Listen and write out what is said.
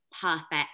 perfect